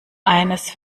eines